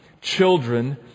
children